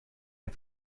est